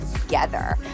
together